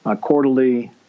quarterly